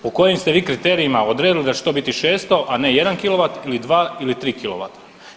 Po kojim ste vi to kriterijima odredili da će to biti 600, a ne 1 kilovat ili 2 ili 3 kilovata.